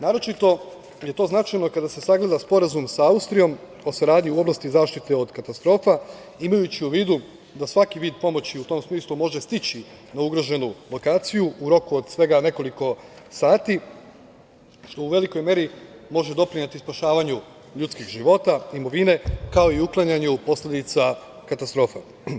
Naročito je to značajno kada se sagleda Sporazum sa Austrijom o saradnji u oblasti zaštite od katastrofa, imajući u vidu da svaki vid pomoći u tom smislu može stići na ugroženu lokaciju u roku od svega nekoliko sati, što u velikoj meri može doprineti spašavanju ljudskih života, imovine, kao i uklanjanju posledica katastrofa.